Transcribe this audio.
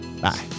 Bye